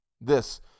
This